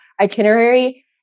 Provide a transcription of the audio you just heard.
itinerary